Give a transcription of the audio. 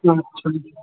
আচ্ছা